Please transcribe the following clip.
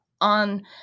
on